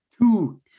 Two